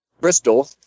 Bristol